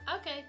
Okay